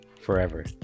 forever